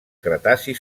cretaci